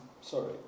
Sorry